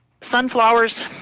sunflowers